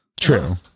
True